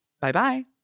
Bye-bye